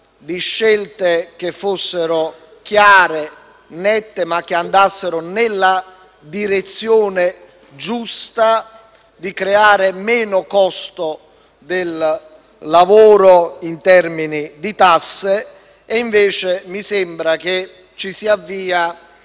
di scelte che fossero chiare e nette e che andassero nella direzione giusta di creare meno costo del lavoro in termini di tasse. Al contrario, mi sembra che ci si avvii